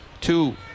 two